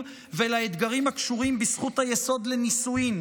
ולאתגרים הקשורים בזכות היסוד לנישואים,